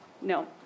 No